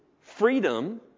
freedom